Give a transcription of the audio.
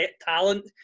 talent